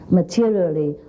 materially